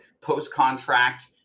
post-contract